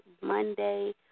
Monday